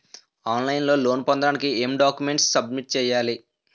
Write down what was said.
On line లో loan పొందటానికి ఎం డాక్యుమెంట్స్ సబ్మిట్ చేయాలి?